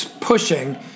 pushing